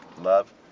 love